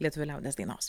lietuvių liaudies dainos